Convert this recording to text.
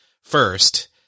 first